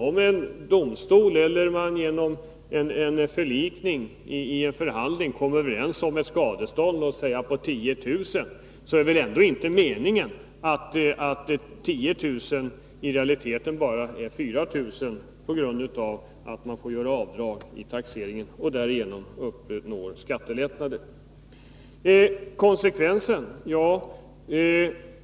Om man i domstol eller genom en förlikning vid en förhandling kommer överens om ett skadestånd på exempelvis 10 000 kr., är väl inte meningen att 10 000 i realiteten bara blir 4 000 på grund av att man får göra avdrag i taxeringen och därigenom uppnår skattelättnader.